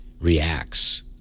reacts